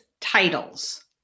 titles